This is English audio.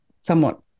somewhat